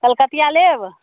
कलकतिया लेब